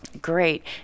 Great